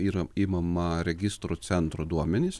yra imama registrų centro duomenys